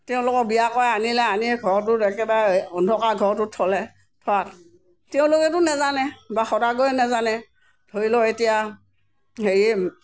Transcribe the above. তেওঁলোকক বিয়া কৰাই আনিলে আনি ঘৰটোত একেবাৰে অন্ধকাৰ ঘৰটোত থ'লে থোৱাত তেওঁলোকেতো নাজানে বা সদাগৰে নাজানে ধৰি লওঁক এতিয়া হেৰি